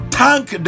thank